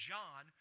John